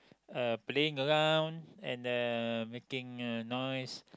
uh playing around and uh making the noise